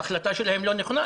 שהחלטה שלהם לא נכונה,